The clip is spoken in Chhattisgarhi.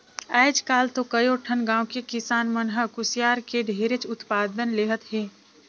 आयज काल तो कयो ठन गाँव के किसान मन ह कुसियार के ढेरेच उत्पादन लेहत हे